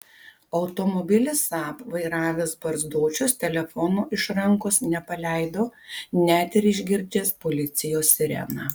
automobilį saab vairavęs barzdočius telefono iš rankos nepaleido net ir išgirdęs policijos sireną